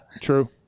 True